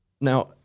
Now